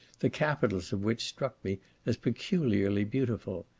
the capitals of which struck me as peculiarly beautiful.